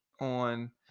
on